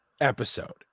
episode